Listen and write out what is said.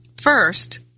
First